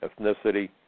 ethnicity